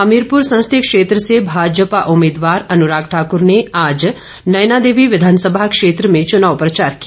हमीरपुर संसदीय क्षेत्र से भाजपा उम्मीदवार अनुराग ठाक्र ने आज नैनादेवी विधानसभा क्षेत्र में चुनाव प्रचार किया